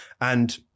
and-